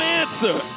answer